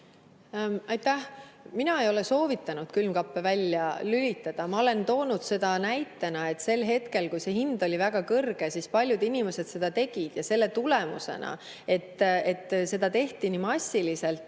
Aitäh! Mina ei ole soovitanud külmkappe välja lülitada. Ma olen toonud seda näitena, et sel hetkel, kui elektri hind oli väga kõrge, paljud inimesed seda tegid. Selle tulemusena, et seda tehti nii massiliselt